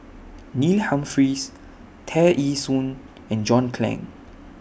Neil Humphreys Tear Ee Soon and John Clang